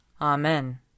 Amen